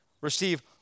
receive